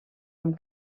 amb